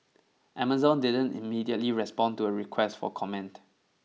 Amazon didn't immediately respond to a request for comment